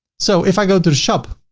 so if i go to the shop,